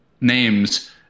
names